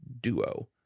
duo